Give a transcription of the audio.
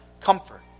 comfort